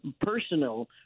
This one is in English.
personal